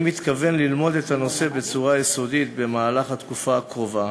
אני מתכוון ללמוד את הנושא בצורה יסודית במהלך התקופה הקרובה.